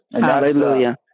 Hallelujah